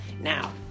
Now